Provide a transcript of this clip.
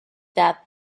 that